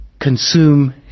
Consume